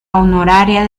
honoraria